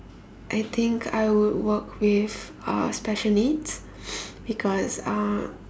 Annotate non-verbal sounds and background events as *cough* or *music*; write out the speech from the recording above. I think I would work with uh special needs *noise* because uh